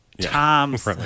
Tom's